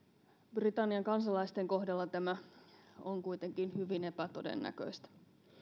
britannian kansalaisten kohdalla tämä on kuitenkin hyvin epätodennäköistä